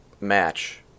match